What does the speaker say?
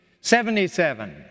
Seventy-seven